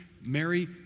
Mary